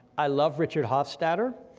i love richard hofstadter,